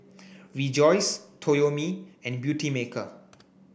Rejoice Toyomi and Beautymaker